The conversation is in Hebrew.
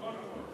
נכון מאוד.